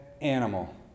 animal